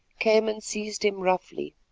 came and seized him roughly.